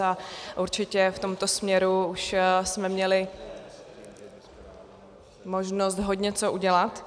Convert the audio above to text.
A určitě v tomto směru už jsme měli možnost hodně co udělat.